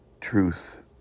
truth